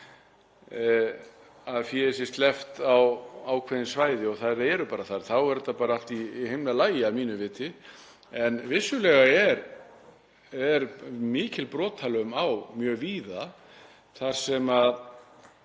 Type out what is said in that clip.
að fé sé sleppt á ákveðin svæði og þær eru bara þar, þá er þetta bara allt í himnalagi að mínu viti. En vissulega er mikil brotalöm mjög víða þar sem